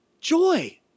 Joy